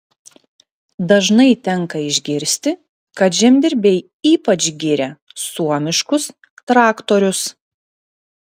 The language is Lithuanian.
dažnai tenka išgirsti kad žemdirbiai ypač giria suomiškus traktorius